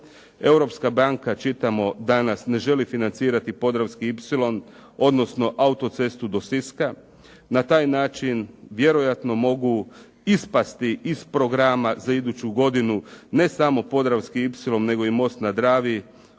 Europska banka, čitamo danas, ne želi financirati Podravski ipsilon odnosno autocestu do Siska. Na taj način vjerojatno mogu ispasti iz programa za iduću godinu ne samo Podravski ipsilon nego i most na Dravi,